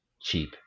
cheap